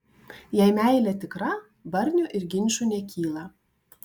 jei meilė tikra barnių ir ginčų nekyla